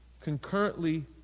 concurrently